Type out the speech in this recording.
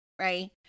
right